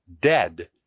dead